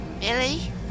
Billy